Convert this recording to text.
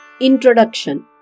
Introduction